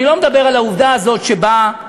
אני לא מדבר על העובדה הזאת שבה,